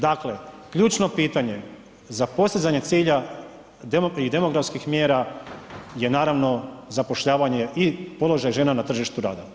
Dakle, ključno pitanje za postizanje cilja i demografskih mjera je naravno zapošljavanje i položaj žena na tržištu rada.